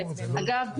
אגב,